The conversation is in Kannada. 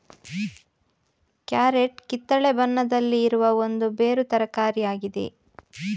ಕ್ಯಾರೆಟ್ ಕಿತ್ತಳೆ ಬಣ್ಣದಲ್ಲಿ ಇರುವ ಒಂದು ಬೇರು ತರಕಾರಿ ಆಗಿದೆ